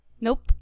Nope